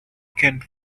can’t